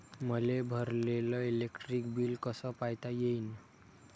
मले भरलेल electric bill कस पायता येईन?